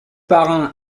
parrain